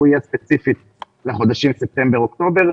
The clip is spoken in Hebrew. זה יהיה ספציפית לחודשים ספטמבר ואוקטובר.